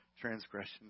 transgressions